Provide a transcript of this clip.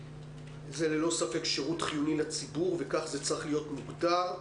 זה ללא ספק שירות חיוני לציבור וכך זה צריך להיות מוגדר.